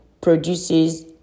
produces